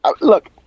Look